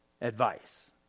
advice